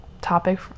topic